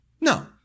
No